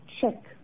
check